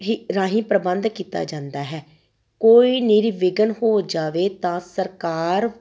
ਹੀ ਰਾਹੀਂ ਪ੍ਰਬੰਧ ਕੀਤਾ ਜਾਂਦਾ ਹੈ ਕੋਈ ਨਿਰਵਿਘਨ ਹੋ ਜਾਵੇ ਤਾਂ ਸਰਕਾਰ